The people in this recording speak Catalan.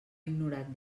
ignorat